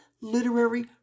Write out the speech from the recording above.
literary